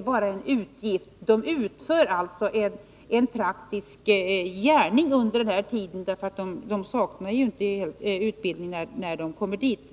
vara en utgift — personerna utför en praktisk gärning under denna tid, och de saknar inte heller utbildning när de kommer dit.